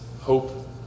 hope